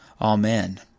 Amen